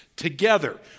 together